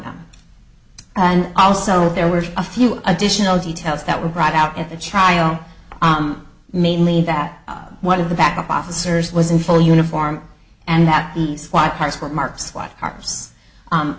them and also there were a few additional details that were brought out at the trial mainly that one of the backup officers was in full uniform and that